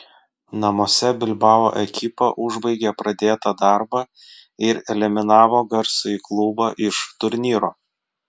namuose bilbao ekipa užbaigė pradėtą darbą ir eliminavo garsųjį klubą iš turnyro